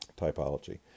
typology